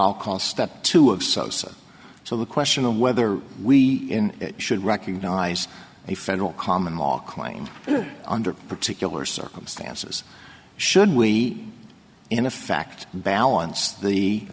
i'll call step two of sosa so the question of whether we should recognize a federal common law claim under particular circumstances should we in a fact balance the